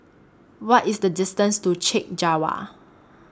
What IS The distance to Chek Jawa